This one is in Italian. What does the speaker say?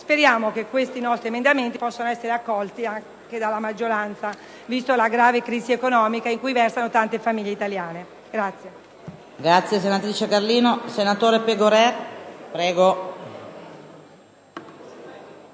Speriamo che questi emendamenti possano essere accolti anche dalla maggioranza, vista la grave crisi economica in cui versano tante famiglie italiane.